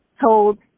told